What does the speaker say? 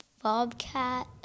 bobcat